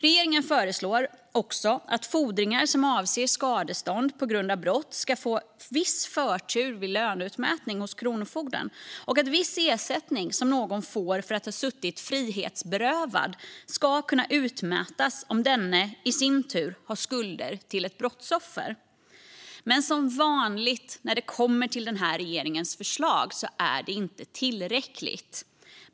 Regeringen föreslår också att fordringar som avser skadestånd på grund av brott ska få viss förtur vid löneutmätning hos kronofogden och att viss ersättning som någon får för att ha suttit frihetsberövad ska kunna utmätas om denne i sin tur har skulder till ett brottsoffer. Men som vanligt när det kommer till den här regeringens förslag är det inte tillräckligt.